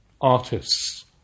artists